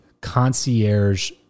concierge